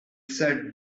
said